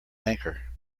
anchor